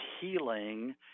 healing